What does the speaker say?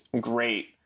great